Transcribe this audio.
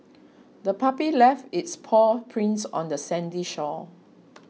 the puppy left its paw prints on the sandy shore